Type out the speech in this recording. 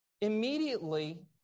Immediately